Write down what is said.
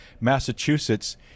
Massachusetts